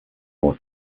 more